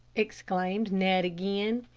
exclaimed ned again.